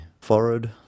forehead